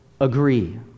agree